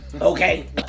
okay